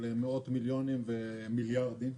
של מאות מיליונים ומיליארדים.